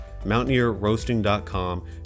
Mountaineerroasting.com